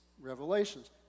revelations